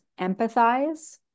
empathize